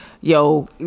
Yo